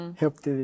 helped